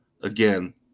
Again